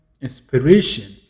inspiration